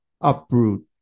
uproot